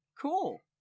Cool